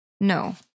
No